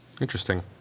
Interesting